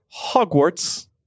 Hogwarts